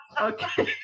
Okay